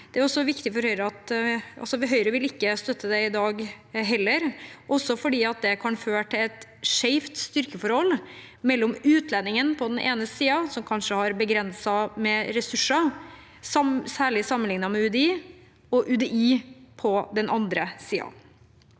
Høyre vil ikke støtte det i dag heller, også fordi det kan føre til et skeivt styrkeforhold mellom utlendingen på den ene siden – som kanskje har begrenset med ressurser, særlig sammenlignet med UDI – og UDI på den andre siden.